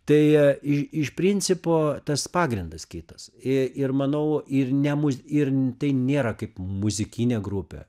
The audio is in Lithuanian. tai i iš principo tas pagrindas kitas i ir manau ir ne muz ir tai nėra kaip muzikinė grupė